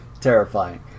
terrifying